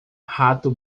rato